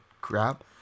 crap